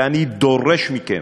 ואני דורש מכם,